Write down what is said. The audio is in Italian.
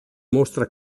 mostra